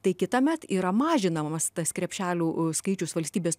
tai kitąmet yra mažinamas tas krepšelių skaičius valstybės